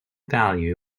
value